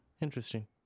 interesting